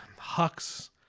Hux